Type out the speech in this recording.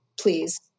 please